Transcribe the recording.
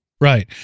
Right